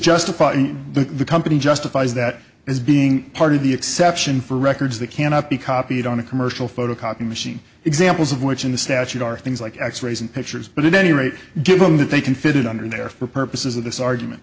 and the company justifies that as being part of the exception for records that cannot be copied on a commercial photocopy machine examples of which in the statute are things like x rays and pictures but at any rate given that they can fit it under there for purposes of this argument